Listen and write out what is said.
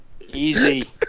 easy